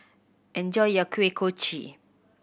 enjoy your Kuih Kochi